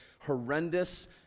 horrendous